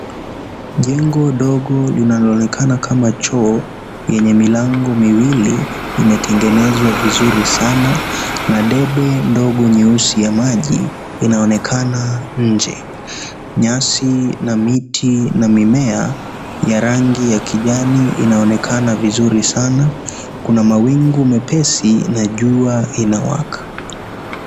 Jengo dogo linaloonekana kama choo yenye milango miwili imetengenezwa vizuri sana na debe dogo nyeusi ya maji inaonekana nje. Nyasi na miti na mimea ya rangi ya kijani inaonekana vizuri sana. Kuna mawingu mepesi na jua inawaka.